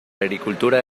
agricultura